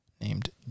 Named